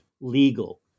legal